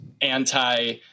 anti-